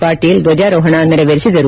ಪಾಟೀಲ್ ಧ್ವಜಾರೋಹಣ ನೆರವೇರಿಸಿದರು